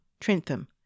Trentham